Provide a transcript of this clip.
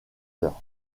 heures